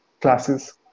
classes